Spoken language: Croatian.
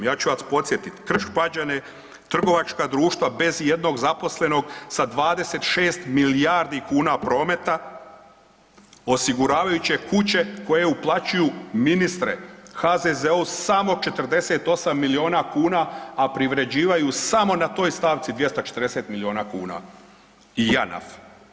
Ja ću vas podsjetiti Krš Pađane, trgovačka društva bez i jednog zaposlenog sa 26 milijardi kuna prometa, osiguravajuće kuće koje uplaćuju ministre HZZO-u samo 48 milijuna kuna a privređuju samo na toj stavci 240 milijuna kuna i Janaf.